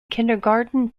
kindergarten